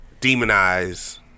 demonize